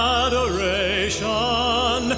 adoration